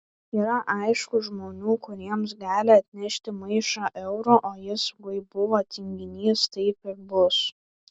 yra aišku žmonių kuriems gali atnešti maišą eurų o jis kaip buvo tinginys taip ir bus